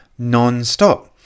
nonstop